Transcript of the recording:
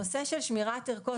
הנושא של שמירת ערכות אונס.